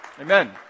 Amen